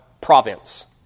province